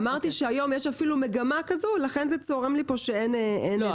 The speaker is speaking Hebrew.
אמרתי שהיום יש אפילו מגמה כזו ולכן זה צורם לי כאן שאין זמן.